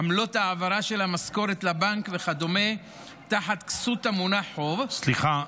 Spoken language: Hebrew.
עמלות העברה של המשכורת לבנק וכדומה תחת כסות המונח "חוב" סליחה.